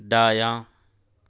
دایاں